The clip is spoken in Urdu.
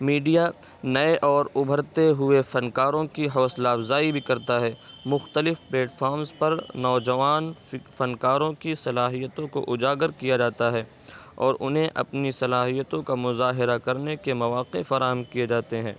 میڈیا نئے اور ابھرتے ہوئے فنکاروں کی حوصلہ افزائی بھی کرتا ہے مختلف پلیٹ فارمز پر نوجوان فنکاروں کی صلاحیتوں کو اجاگر کیا جاتا ہے اور انہیں اپنی صلاحیتوں کا مظاہرہ کرنے کے مواقع فراہم کیے جاتے ہیں